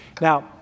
Now